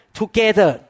together